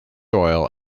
oil